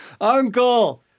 Uncle